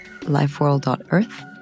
lifeworld.earth